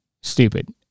stupid